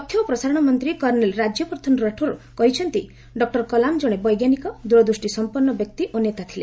ତଥ୍ୟ ଓ ପ୍ରସାରଣ ମନ୍ତ୍ରୀ କର୍ଷେଲ୍ ରାଜ୍ୟବର୍ଦ୍ଧନ ରାଠୋଡ଼୍ କହିଛନ୍ତି ଡକୁର କଲାମ୍ ଜଣେ ବୈଜ୍ଞାନିକ ଦୂରଦୃଷ୍ଟିସମ୍ପନ୍ନ ବ୍ୟକ୍ତି ଓ ନେତା ଥିଲେ